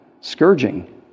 Scourging